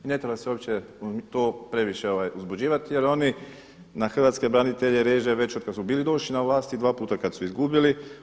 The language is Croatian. I ne treba se to previše uzbuđivati jer oni na hrvatske branitelje reže već od kad su bili došli na vlasti i dva puta kad su izgubili.